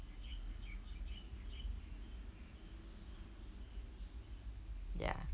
ya